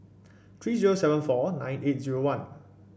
three zero seven four nine eight zero one